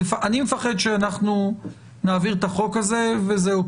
אני מפחד שאנחנו נעביר את החוק הזה וזהו,